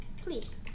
Please